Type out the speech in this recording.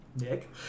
Nick